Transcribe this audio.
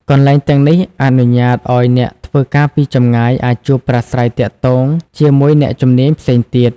កន្លែងទាំងនេះអនុញ្ញាតឱ្យអ្នកធ្វើការពីចម្ងាយអាចជួបប្រាស្រ័យទាក់ទងជាមួយអ្នកជំនាញផ្សេងទៀត។